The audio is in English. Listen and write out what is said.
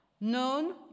Known